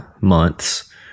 months